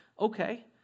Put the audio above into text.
Okay